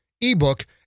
ebook